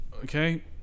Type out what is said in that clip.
Okay